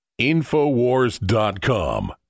Infowars.com